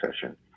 session